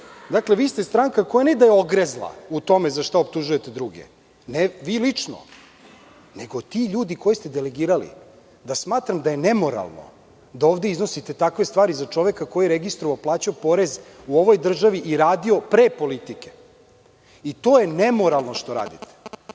dalje. Dakle, vi ste stranka koja ne da je ogrezla u tome za šta optužujete druge, ne vi lično, nego ti ljudi koje ste delegirali, da smatram da je nemoralno da ovde iznosite takve stvari za čoveka koji je registrovao, plaćao poreze u ovoj državi i radio pre politike, i to je nemoralno što radite.